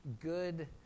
good